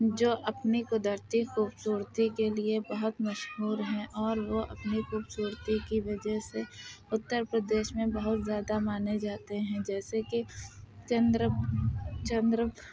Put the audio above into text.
جو اپنی قدرتی کو خوبصورتی کے لیے بہت مشہور ہیں اور وہ اپنی خوبصورتی کی وجہ سے اتر پردیش میں بہت زیادہ مانے جاتے ہیں جیسے کہ چندر چندر